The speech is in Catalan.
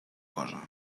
cosa